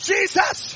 Jesus